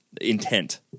intent